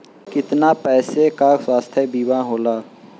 कितना पैसे का स्वास्थ्य बीमा होला?